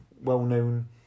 well-known